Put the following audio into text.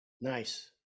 Nice